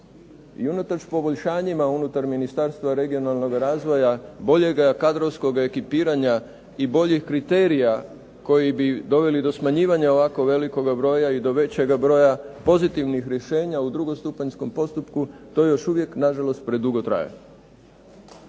I unatoč poboljšanjima unutar Ministarstva regionalnoga razvoja, boljega kadrovskoga ekipiranja i boljih kriterija koji bi doveli do smanjivanja ovako velikoga broja i do većega broja pozitivnih rješenja u drugostupanjskom postupku to još uvijek, nažalost, predugo traje.